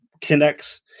connects